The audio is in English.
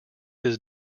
his